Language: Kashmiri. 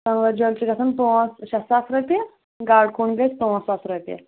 سموارِجَل چھُ گژھان پانژھ شےٚ ساس رۄپیہِ گاڑکُن گَژھِ پانژھ ساس رۄپیہِ